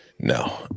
No